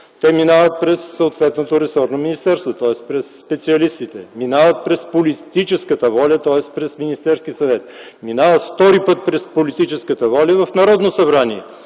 минават през съответното ресорно министерство, тоест през специалистите, минават през политическата воля, тоест през Министерския съвет, минават втори път през политическата воля в Народното събрание.